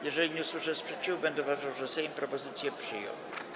Jeżeli nie usłyszę sprzeciwu, będę uważał, że Sejm propozycję przyjął.